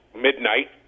midnight